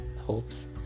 hopes